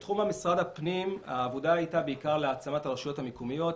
בתחום משרד הפנים העבודה הייתה בעיקר להעצמת הרשויות המקומיות.